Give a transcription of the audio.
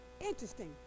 Interesting